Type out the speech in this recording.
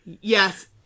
Yes